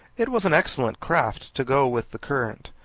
it was an excellent craft to go with the current,